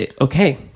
okay